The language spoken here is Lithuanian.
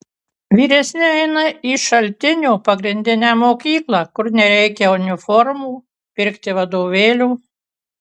vyresni eina į šaltinio pagrindinę mokyklą kur nereikia uniformų pirkti vadovėlių